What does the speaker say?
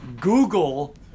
Google